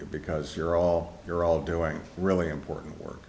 you because you're all you're all doing really important work